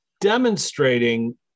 demonstrating